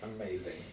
Amazing